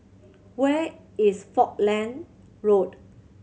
where is Falkland Road